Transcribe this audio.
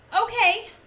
Okay